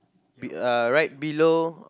be uh right below